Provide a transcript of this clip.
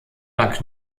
lag